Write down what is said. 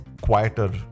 quieter